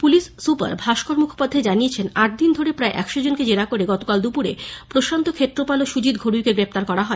police super Bhaskar Mukhopadhyay জানিয়েছেন আটদিন ধরে প্রায় একশো জনকে জেরা করে গতকাল দুপুরে প্রশান্ত ক্ষেত্রপাল ও সুজিত ঘোরুইকে গ্রেপ্তার করা হয়